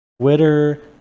twitter